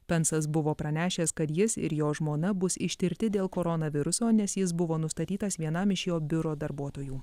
pensas buvo pranešęs kad jis ir jo žmona bus ištirti dėl koronaviruso nes jis buvo nustatytas vienam iš jo biuro darbuotojų